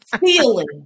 feeling